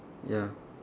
ya